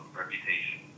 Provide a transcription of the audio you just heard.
reputation